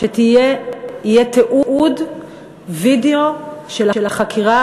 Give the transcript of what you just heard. שיהיה תיעוד וידיאו של החקירה,